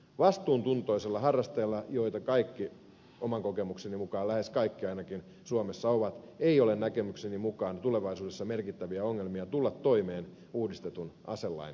vastuuntuntoisilla harrastajilla joita oman kokemukseni mukaan lähes kaikki ainakin suomessa ovat ei ole näkemykseni mukaan tulevaisuudessa merkittäviä ongelmia tulla toimeen uudistetun aselain kanssa